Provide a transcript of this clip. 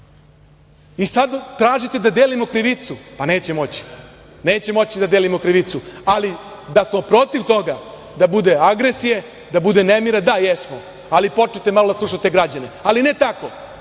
I sad tražite da delimo krivicu, pa neće moći. Neće moći da delimo krivicu, ali da smo protiv toga da bude agresije, da bude nemira, da, jesmo, ali počnite malo da slušate građane, ali ne tako